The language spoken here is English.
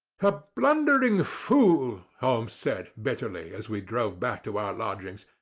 the blundering fool, holmes said, bitterly, as we drove back to our lodgings.